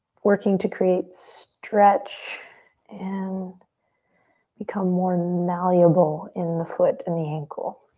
working to create stretch and become more malleable in the foot, in the ankle.